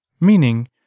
Meaning